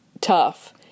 tough